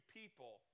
people